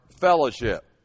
fellowship